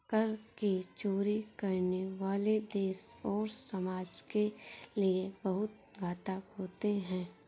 कर की चोरी करने वाले देश और समाज के लिए बहुत घातक होते हैं